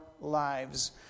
lives